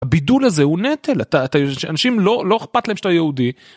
הבידול הזה הוא נטל, אנשים לא אכפת להם שאתה יהודי.